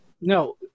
No